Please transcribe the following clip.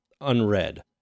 unread